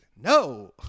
No